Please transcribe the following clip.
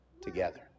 together